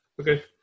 Okay